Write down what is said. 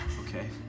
Okay